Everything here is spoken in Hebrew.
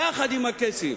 יחד עם הקייסים.